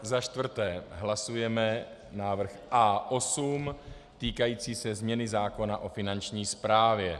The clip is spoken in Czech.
Za čtvrté hlasujeme návrh A8 týkající se změny zákona o Finanční správě.